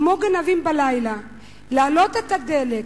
כמו גנבים בלילה, להעלות את מחיר הדלק.